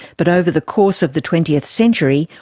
but over the course of the twentieth century,